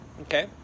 Okay